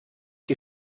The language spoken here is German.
die